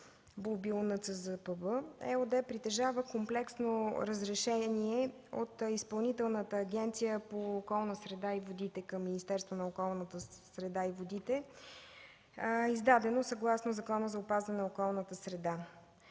дейност то притежава комплексно разрешение от Изпълнителната агенция по околната среда и водите към Министерството на околната среда и водите, издадено съгласно Закона за опазване на околната среда.